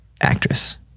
actress